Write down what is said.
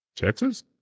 Texas